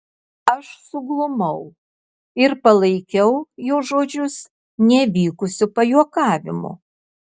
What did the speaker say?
aš suglumau ir palaikiau jo žodžius nevykusiu pajuokavimu